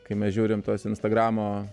kai mes žiūrim tuos instagramo